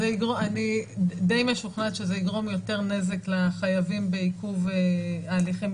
אני די משוכנעת שזה יגרום יותר נזק לחייבים בעיכוב ההליכים,